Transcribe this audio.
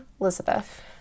Elizabeth